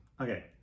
Okay